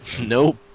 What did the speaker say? Nope